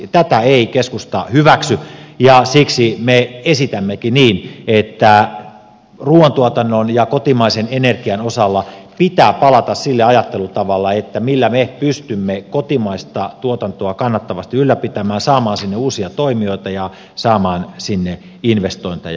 tätä ei keskusta hyväksy ja siksi me esitämmekin että ruuantuotannon ja kotimaisen energian osalla pitää palata siihen ajattelutapaan millä me pystymme kotimaista tuotantoa kannattavasti ylläpitämään saamaan sinne uusia toimijoita ja saamaan sinne investointeja